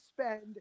spend